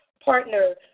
partner